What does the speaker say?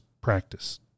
practice